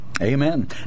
Amen